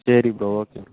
சரி bro okay